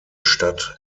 stadt